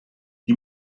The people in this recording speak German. die